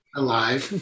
alive